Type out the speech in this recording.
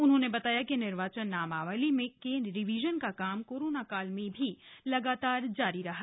उन्होंने बताया कि निर्वाचन नामावलियों के रिवीजन का काम कोरोना काल में भी लगातार किया जाता रहा